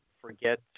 forget